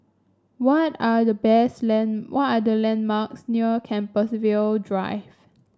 what are the best land what are the landmarks near Compassvale Drive